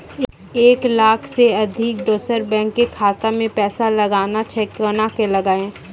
एक लाख से अधिक दोसर बैंक के खाता मे पैसा लगाना छै कोना के लगाए?